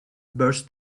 burst